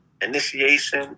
initiation